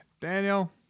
Daniel